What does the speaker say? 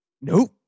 Nope